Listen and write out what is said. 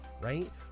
right